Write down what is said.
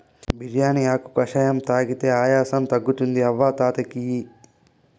బిర్యానీ ఆకు కషాయం తాగితే ఆయాసం తగ్గుతుంది అవ్వ తాత కియి